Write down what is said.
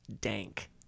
dank